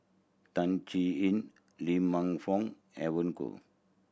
Tan Chin Yin Lee Man Fong Evon Kow